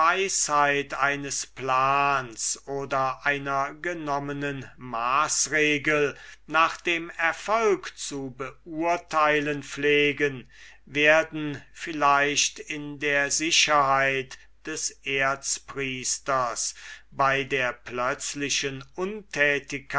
eines plans oder einer genommenen maßregel nach dem erfolg zu beurteilen pflegen werden vielleicht die sicherheit des erzpriesters bei der plötzlichen